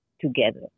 together